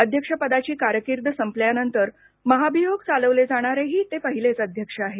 अध्यक्षपदाची कारकीर्द संपल्यानंतर महाभियोग चालवले जाणारेही ते पहिलेच अध्यक्ष आहेत